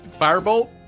Firebolt